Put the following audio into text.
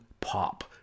pop